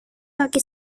kaki